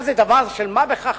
מה, זה דבר של מה בכך?